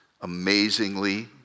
amazingly